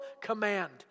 command